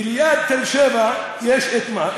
ליד תל-שבע יש, מה?